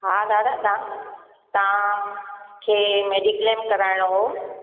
हा दादा तव्हां तव्हां खे मेडीक्लेम कराइणो हो